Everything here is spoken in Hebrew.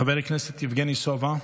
חבר הכנסת יבגני סובה,